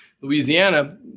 Louisiana